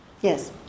yes